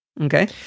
Okay